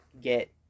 get